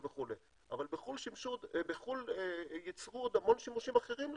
אבל בחוץ לארץ יצרו עוד המון שימושים אחרים לחשמל,